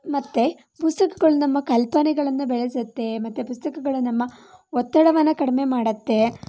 ಮತ್ತು ಪುಸ್ತಕಗಳು ನಮ್ಮ ಕಲ್ಪನೆಗಳನ್ನು ಬೆಳೆಸುತ್ತೆ ಮತ್ತು ಪುಸ್ತಕಗಳು ನಮ್ಮಒತ್ತಡವನ್ನು ಕಡಿಮೆ ಮಾಡುತ್ತೆ